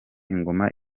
ingoma